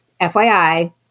FYI